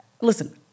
Listen